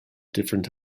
different